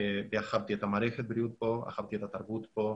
הכנתי את מערכת הבריאות כאן, הכנתי את התרבות כאן.